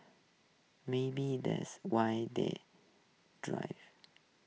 maybe that's why they drive